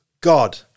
God